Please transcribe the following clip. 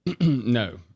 No